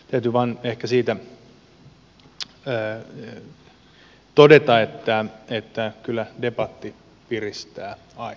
täytyy vaan ehkä siitä todeta että kyllä debatti piristää aina